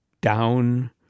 down